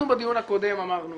אנחנו בדיון הקודם אמרנו